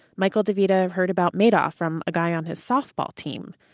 michael de vita heard about madoff from a guy on his softball team.